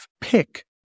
pick